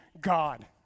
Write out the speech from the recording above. God